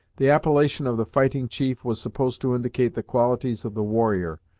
the appellation of the fighting chief was supposed to indicate the qualities of the warrior,